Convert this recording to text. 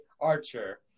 Archer